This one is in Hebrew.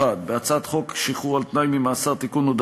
1. בהצעת חוק שחרור על-תנאי ממאסר (תיקון,